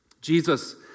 Jesus